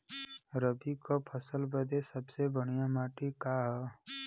रबी क फसल बदे सबसे बढ़िया माटी का ह?